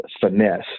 finesse